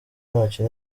ntacyo